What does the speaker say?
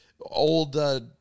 old